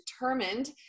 determined